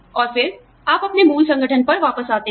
और फिर आप अपने मूल संगठन पर वापस आते हैं